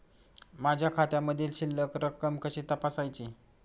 माझ्या खात्यामधील शिल्लक रक्कम कशी तपासायची?